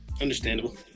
Understandable